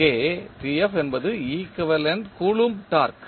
இங்கே என்பது equivalent coulomb torque